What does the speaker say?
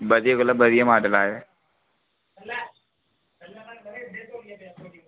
बधिया कोला बधिया मॉडल आए दे